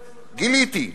גיליתי,